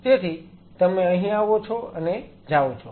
તેથી તમે અહીં આવો છો અને જાઓ છો